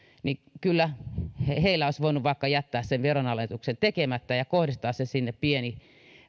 niin kyllä heille olisi voinut vaikka jättää sen veronalennuksen tekemättä ja kohdistaa sen sinne pieni